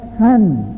hand